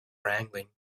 wrangling